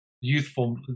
youthful